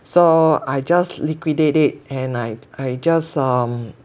so I just liquidate it and I I just um